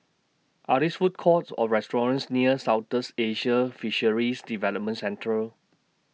Are These Food Courts Or restaurants near Southeast Asian Fisheries Development Centre